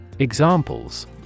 Examples